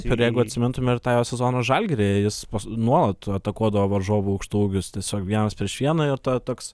ir jeigu atsimintume ir tą jo sezoną žalgiryje jis nuolat atakuodavo varžovų aukštaūgius tiesiog vienas prieš vieną jo ta toks